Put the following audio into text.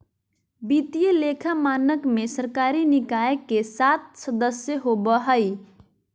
वित्तीय लेखा मानक में सरकारी निकाय के सात सदस्य होबा हइ